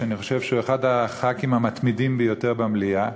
שאני חושב שהוא אחד מחברי הכנסת המתמידים ביותר במליאה,